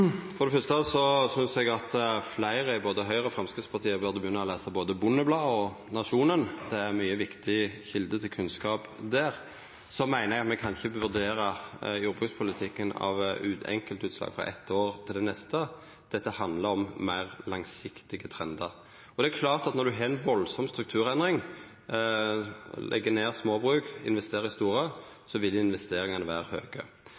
For det første synest eg at fleire både i Høgre og i Framstegspartiet burde begynna å lesa både Bondebladet og Nationen, det er mykje viktig kjelde til kunnskap der. Så meiner eg at me kan ikkje vurdera jordbrukspolitikken ut frå enkeltutslag frå eitt år til det neste. Dette handlar om meir langsiktige trendar. Og det er klart at når ein har ei enorm strukturendring, legg ned småbruk og investerer i store, vil investeringane vera høge.